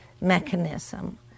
mechanism